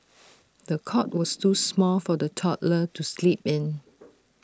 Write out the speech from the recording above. the cot was too small for the toddler to sleep in